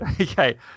Okay